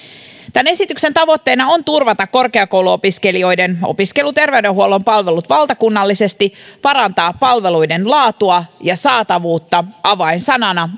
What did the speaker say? tämän esityksen tavoitteena on turvata korkeakouluopiskelijoiden opiskeluterveydenhuollon palvelut valtakunnallisesti parantaa palveluiden laatua ja saatavuutta avainsanana